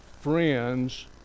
friends